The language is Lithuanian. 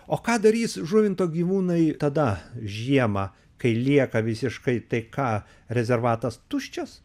o ką darys žuvinto gyvūnai tada žiemą kai lieka visiškai tai ką rezervatas tuščias